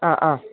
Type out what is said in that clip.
ആ ആ